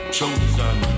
Chosen